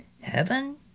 Heaven